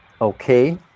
Okay